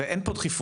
אין פה דחיפות,